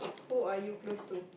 who are you close to